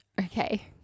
Okay